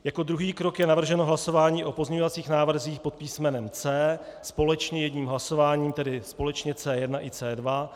Jako druhý krok je navrženo hlasování o pozměňovacích návrzích pod písmenem C společně jedním hlasováním, tedy společně C1 i C2.